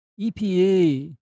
EPA